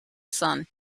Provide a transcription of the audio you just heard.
sun